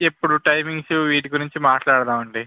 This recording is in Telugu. ఎప్పుడు టైమింగ్స్ వీటి గురించి మాట్లాడదాము అండి